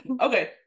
Okay